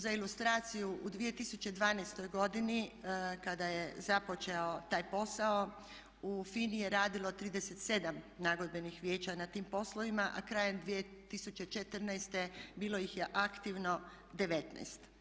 Za ilustraciju u 2012.godini kada je započeo taj posao u FINA-i je radilo 37 nagodbenih vijeća na tim poslovima a krajem 2014.bilo ih je aktivno 19.